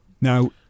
Now